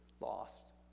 lost